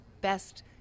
best